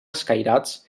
escairats